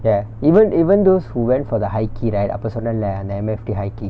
ya even even those who went for the high key right அப்ப சொன்னல அந்த:appe sonnala antha M_F_T high key